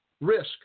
risk